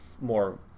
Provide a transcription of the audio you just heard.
more